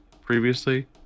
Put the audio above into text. previously